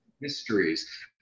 mysteries